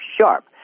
sharp